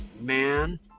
man